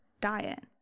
diet